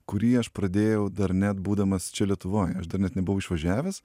kurį aš pradėjau dar net būdamas čia lietuvoj aš dar net nebuvau išvažiavęs